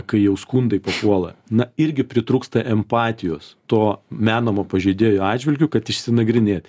kai jau skundai papuola na irgi pritrūksta empatijos to menamo pažeidėjo atžvilgiu kad išsinagrinėt